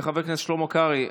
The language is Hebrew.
חבר הכנסת שלמה קרעי,